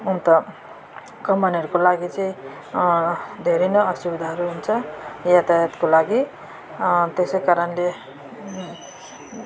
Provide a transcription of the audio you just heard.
अन्त कमानहरूको लागि चाहिँ धेरै नै असुविधाहरू हुन्छ यातायातको लागि त्यसै कारणले